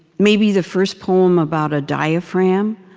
maybe, the first poem about a diaphragm.